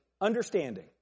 understanding